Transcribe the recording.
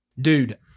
Dude